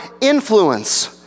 influence